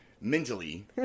mentally